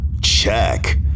check